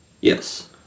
Yes